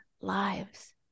lives